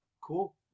Cool